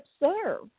observe